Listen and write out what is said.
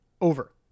Over